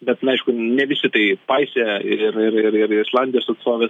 bet na aišku ne visi tai paisė ir ir ir ir islandijos atstovė